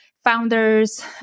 Founders